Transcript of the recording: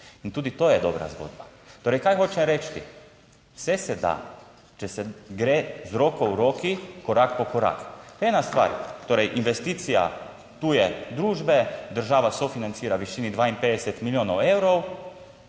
in tudi to je dobra zgodba. Torej, kaj hočem reči? Vse se da, če se gre z roko v roki, korak po korak. Ena stvar. Torej, investicija tuje družbe država sofinancira v višini 52 milijonov evrov.